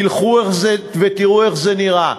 תלכו ותראו איך זה נראה.